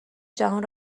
جهان